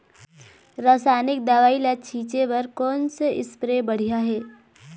रासायनिक दवई ला छिचे बर कोन से स्प्रे बढ़िया हे?